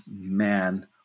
man